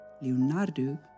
Leonardo